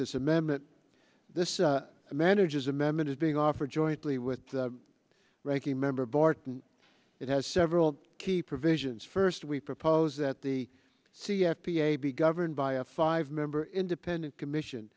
this amendment this manager's amendment is being offered jointly with the ranking member barton it has several key provisions first we propose that the c f be ab governed by a five member independent commission